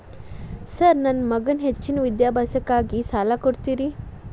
Sir ನನ್ನ ಮಗನ ಹೆಚ್ಚಿನ ವಿದ್ಯಾಭ್ಯಾಸಕ್ಕಾಗಿ ಸಾಲ ಕೊಡ್ತಿರಿ?